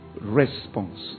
response